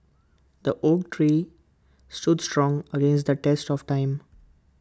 the oak tree stood strong against the test of time